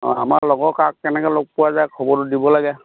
অঁ আমাৰ লগৰ কাক কেনেকৈ লগ পোৱা যায় খবৰটো দিব লাগে